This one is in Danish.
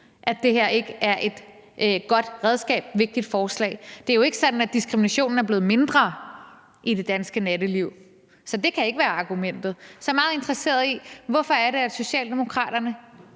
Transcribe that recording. at det her er et godt redskab og et vigtigt forslag. Det er jo ikke sådan, at diskriminationen er blevet mindre i det danske natteliv, så det kan ikke være argumentet. Så jeg er meget interesseret i at høre, hvorfor det er, at Socialdemokraterne